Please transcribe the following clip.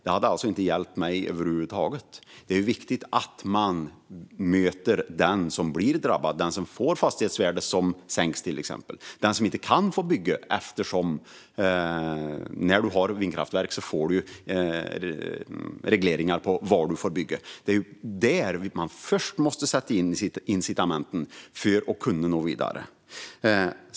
Det hade alltså inte hjälpt mig över huvud taget. Det är viktigt att man möter den som blir drabbad, den som till exempel får fastighetsvärdet sänkt och den som inte kan få bygga på grund av regleringarna som följer med vindkraftsparken. Det är där man först måste sätta in incitamenten för att kunna nå vidare.